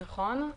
נכון.